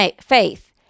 faith